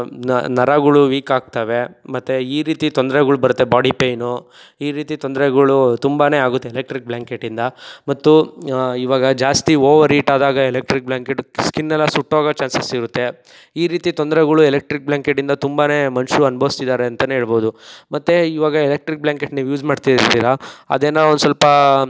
ನ ನರಗಳು ವೀಕಾಗ್ತವೆ ಮತ್ತು ಈ ರೀತಿ ತೊಂದ್ರೆಗಳು ಬರುತ್ತೆ ಬಾಡಿ ಪೈನು ಈ ರೀತಿ ತೊಂದ್ರೆಗಳು ತುಂಬಾನೆ ಆಗುತ್ತೆ ಎಲೆಕ್ಟ್ರಿಕ್ ಬ್ಲ್ಯಾಂಕೆಟಿಂದ ಮತ್ತು ಇವಾಗ ಜಾಸ್ತಿ ಓವರ್ ಈಟಾದಾಗ ಎಲೆಕ್ಟ್ರಿಕ್ ಬ್ಲ್ಯಾಂಕೆಟು ಸ್ಕಿನೆಲ್ಲ ಸುಟ್ಟೋಗೋ ಚಾನ್ಸಸ್ಸಿರುತ್ತೆ ಈ ರೀತಿ ತೊಂದ್ರೆಗಳು ಎಲೆಕ್ಟ್ರಿಕ್ ಬ್ಲ್ಯಾಂಕೆಟಿಂದ ತುಂಬಾನೇ ಮನುಷ್ರು ಅನುಭವಿಸ್ತಿದ್ದಾರೆ ಅಂತಲೇ ಹೇಳ್ಬೋದು ಮತ್ತೆ ಇವಾಗ ಎಲೆಕ್ಟ್ರಿಕ್ ಬ್ಲ್ಯಾಂಕೆಟು ನೀವು ಯೂಸ್ ಮಾಡ್ತಾಯಿರ್ತಿರ ಅದೇನೋ ಒಂದು ಸ್ವಲ್ಪ